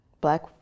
black